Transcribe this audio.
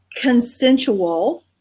consensual